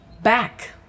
back